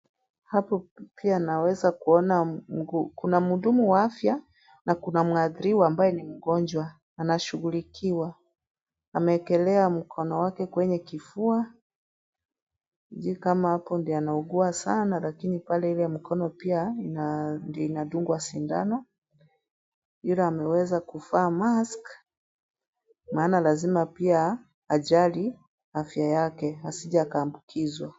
Hapo pia naweza kuona kuna mhudumu wa afya na kuna mwathiriwa ambaye ni mgonjwa, anashugulikiwa. Ameekelea mkono wake kwenye kifua, sijui kama hapo ndio anaugua sana lakini pale hivo mkono pia ndio inadungwa sindano, ila ameweza kuvaa mask , maana lazima pia ajali afya yake, asije akaambukizwa.